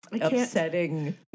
upsetting